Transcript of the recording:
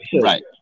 right